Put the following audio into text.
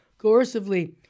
coercively